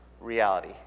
reality